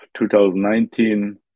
2019